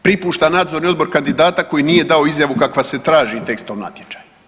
Pripušta Nadzorni odbor kandidata koji nije dao izjavu kakva se traži tekstom natječaja.